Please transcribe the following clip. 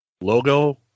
logo